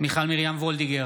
מיכל מרים וולדיגר,